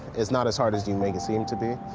it's not as hard as you make it seem to be.